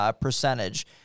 percentage